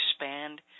expand